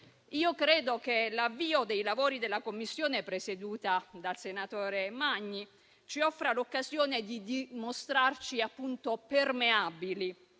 di lavoro. L'avvio dei lavori della Commissione presieduta dal senatore Magni ci offre l'occasione di dimostrarci appunto permeabili,